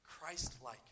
Christ-like